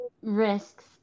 risks